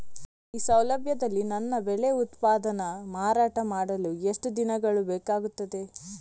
ಈ ಸೌಲಭ್ಯದಲ್ಲಿ ನನ್ನ ಬೆಳೆ ಉತ್ಪನ್ನ ಮಾರಾಟ ಮಾಡಲು ಎಷ್ಟು ದಿನಗಳು ಬೇಕಾಗುತ್ತದೆ?